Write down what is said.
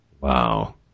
Wow